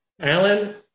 Alan